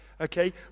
Okay